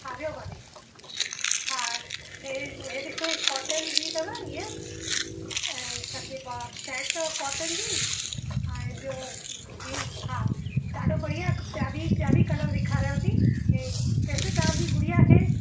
हा वियो भाभी हा इहो इहो ॾिसो इहा कोटन जी अथव हीअ ऐं छा चइबो आहे शायदि त कोटन जी ऐं ॿियों जींस हा ॾाढो बढ़िया भाभी ॿिया बि ॿिया बि कलर ॾेखारियांव थी हीअ ॾिसो तव्हां जी गुड़िया खे